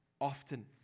often